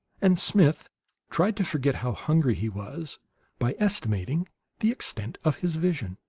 and smith tried to forget how hungry he was by estimating the extent of his vision.